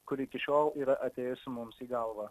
kuri iki šiol yra atėjusi mums į galvą